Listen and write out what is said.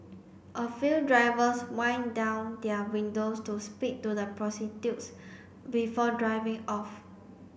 a few drivers wind down their windows to speak to the prostitutes before driving off